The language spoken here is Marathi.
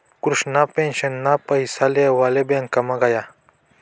कृष्णा पेंशनना पैसा लेवाले ब्यांकमा गया